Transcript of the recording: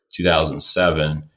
2007